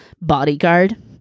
bodyguard